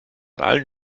allen